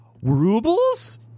Rubles